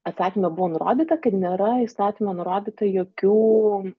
atsakyme buvo nurodyta kad nėra įstatyme nurodyta jokių